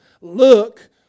look